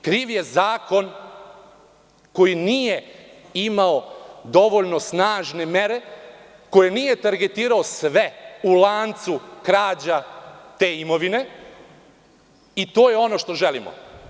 Kriv je zakon koji nije imao dovoljno snažne mere, koji nije targetirao sve u lancu krađa te imovine i to je ono što želimo.